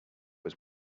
was